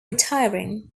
retiring